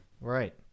Right